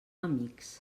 amics